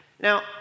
Now